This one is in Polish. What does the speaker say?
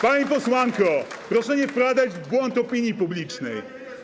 Pani posłanko, proszę nie wprowadzać w błąd opinii publicznej.